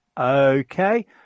okay